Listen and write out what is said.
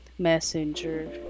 Messenger